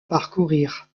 parcourir